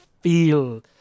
feel